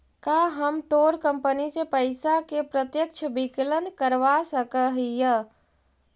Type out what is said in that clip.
का हम तोर कंपनी से पइसा के प्रत्यक्ष विकलन करवा सकऽ हिअ?